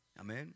Amen